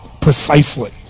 precisely